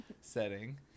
setting